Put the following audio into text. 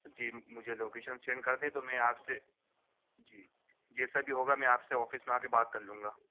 جی مجھے location send کر دیں تو میں آپ سے جی جسیا بھی ہوگا میں آپ سے آفس میں آ کے بات کر لوں گا